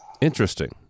Interesting